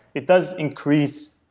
it does increase,